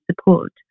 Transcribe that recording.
support